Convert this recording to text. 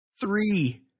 Three